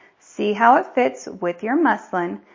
see how it fits with your muslin,